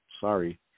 sorry